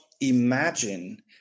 imagine